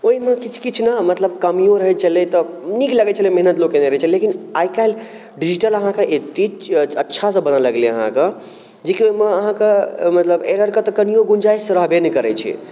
ओहिमे किछु किछु ने मतलब कमिओ रहै छलै तऽ नीक लागै छलै मेहनति लोक केने छलै लेकिन आइकाल्हि डिजिटल अहाँके एतेक अच्छासँ बनऽ लगलै अहाँके जे कि ओहिमे अहाँके मतलब एररके तऽ कनिओ गुञ्जाइश रहबे नहि करै छै